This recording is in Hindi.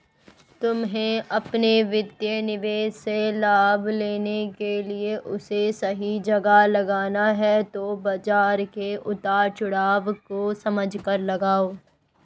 तुम्हे अपने वित्तीय निवेश से लाभ लेने के लिए उसे सही जगह लगाना है तो बाज़ार के उतार चड़ाव को समझकर लगाओ